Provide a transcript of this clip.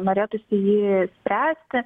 norėtųsi jį spręsti